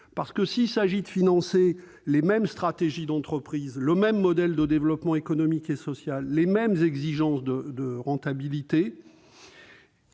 de qui ? S'il s'agit de financer les mêmes stratégies d'entreprise, le même modèle de développement économique et social au service des mêmes exigences de rentabilité